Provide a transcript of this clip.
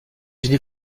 unis